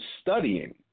studying